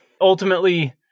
ultimately